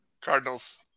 Cardinals